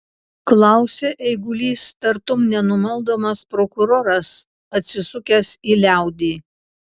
klausė eigulys tartum nenumaldomas prokuroras atsisukęs į liaudį